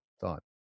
thought